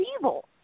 evil